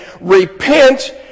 repent